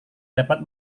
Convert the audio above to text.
dapat